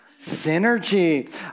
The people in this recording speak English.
Synergy